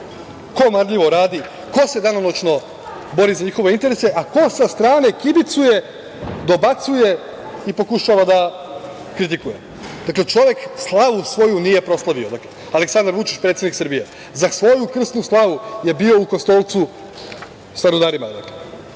ko marljivo radi, ko se danonoćno bori za njihove interese, a ko sa strane kibicuje, dobacuje i pokušava da kritikuje. Dakle, čovek slavu svoju nije proslavio Aleksandar Vučić predsednik Srbije. Za svoju krsnu slavu je bio u Kostolcu sa rudarima.